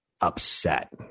upset